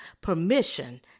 permission